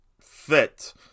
fit